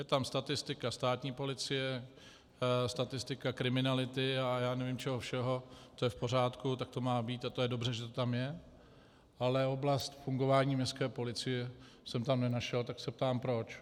Je tam statistika státní policie, statistika kriminality a já nevím čeho všeho, to je v pořádku, tak to má být a je dobře, že to tam je, ale oblast fungování městské policie jsem tam nenašel, tak se ptám proč.